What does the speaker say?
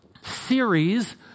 series